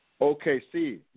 OKC